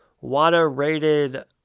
water-rated